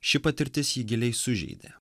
ši patirtis jį giliai sužeidė